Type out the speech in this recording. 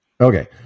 Okay